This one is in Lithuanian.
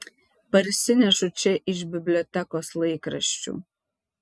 parsinešu čia iš bibliotekos laikraščių